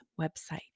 website